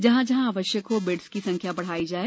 जहाँ जहाँ आवश्यक हो बेड्स की संख्या बढ़ाई जाये